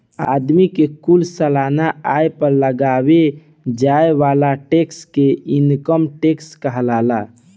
आदमी के कुल सालाना आय पर लगावे जाए वाला टैक्स के इनकम टैक्स कहाला